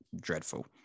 dreadful